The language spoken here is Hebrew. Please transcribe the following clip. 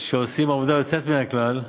שעושים עבודה יוצאת מן הכלל.